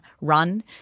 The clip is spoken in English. run